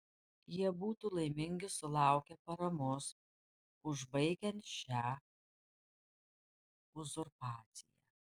jie būtų laimingi sulaukę paramos užbaigiant šią uzurpaciją